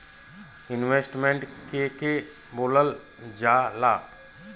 Investment के के बोलल जा ला?